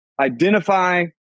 identify